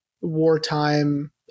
wartime